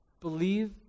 Believe